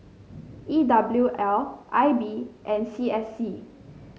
E W L I B and C S C